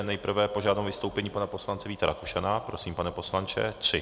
Nejprve požádám vystoupení pana poslance Víta Rakušana, prosím, pane poslanče tři.